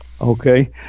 Okay